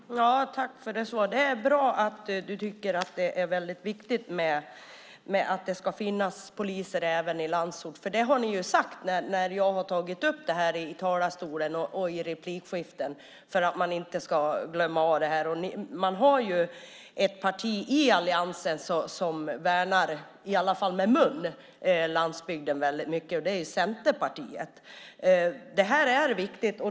Fru talman! Jag tackar Anders Hansson för det svaret. Det är bra att du tycker att det är väldigt viktigt att det ska finnas poliser även i landsorten, för det har ni sagt när jag har tagit upp det i talarstolen och i replikskiften för att man inte ska glömma av det här. Man har ett parti i alliansen som i alla fall med mun värnar landsbygden väldigt mycket. Det är Centerpartiet. Det här är viktigt.